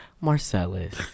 Marcellus